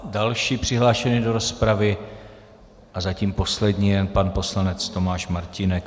Další přihlášený do rozpravy a zatím poslední je pan poslanec Tomáš Martínek.